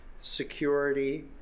security